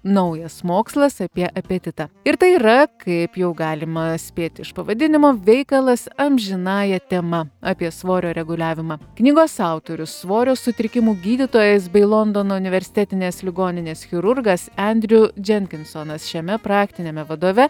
naujas mokslas apie apetitą ir tai yra kaip jau galima spėti iš pavadinimo veikalas amžinąja tema apie svorio reguliavimą knygos autorius svorio sutrikimų gydytojas bei londono universitetinės ligoninės chirurgas endriu dženkinsonas šiame praktiniame vadove